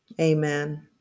Amen